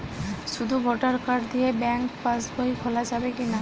শুধু voter card দিয়ে bank pass বই খোলা যাবে কিনা?